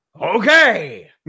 okay